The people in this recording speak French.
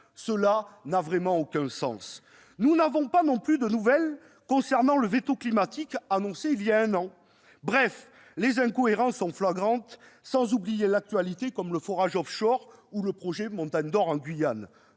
Cela n'a absolument aucun sens. Nous n'avons pas non plus de nouvelles concernant le veto climatique annoncé voilà un an. Bref, les incohérences sont flagrantes, sans parler de l'actualité, comme le forage ou le projet Montagne d'or en Guyane.